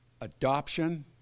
adoption